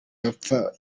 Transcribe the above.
bapfa